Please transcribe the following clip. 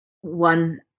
one